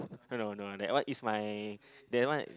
no no that one is my that one